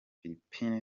philippines